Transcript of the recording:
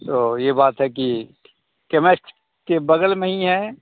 तो यह बात है कि कैमिस्ट के बग़ल में ही है